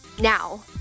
Now